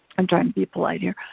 i'm trying to be polite here.